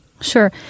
Sure